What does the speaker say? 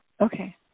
Okay